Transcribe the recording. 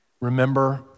Remember